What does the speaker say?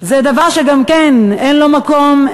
זה דבר שגם כן אין לו מקום,